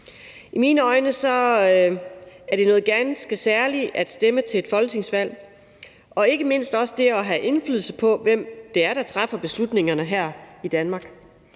I mine øjne er det noget ganske særligt at stemme til et folketingsvalg og ikke mindst også have indflydelse på, hvem der træffer beslutningerne her i Danmark.